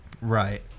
Right